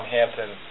Hampton